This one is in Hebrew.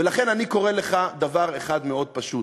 ולכן אני קורא לך, דבר אחד מאוד פשוט: